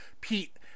Pete